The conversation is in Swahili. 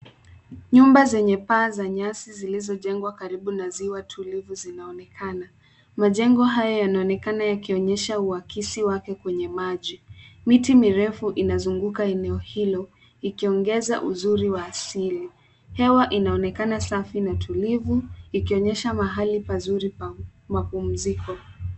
Nyumba zenye paa za nyasi zilizojengwa karibu na ziwa tulivu zinaonekana. Majengo hayo yanaonekana yakionyesha uakisi wake kwenye maji. Miti mirefu inazunguka eneo hilo, ikiongeza uzuri wa asili. Hewa inaonekana safi na tulivu, ikionyesha mahali pazuri pa mapumziko.